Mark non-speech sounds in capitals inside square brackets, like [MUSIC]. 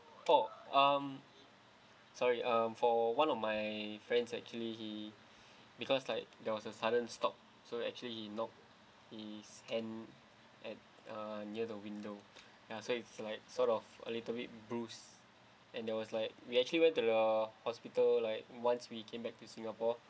[BREATH] oh um sorry um for one of my friends actually he [BREATH] because like there was a sudden stop so actually he knocked his hand at uh near the window [BREATH] ya so it's like sort of a little bit bruce and there was like we actually went to the hospital like once we came back to singpaore